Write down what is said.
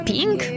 Pink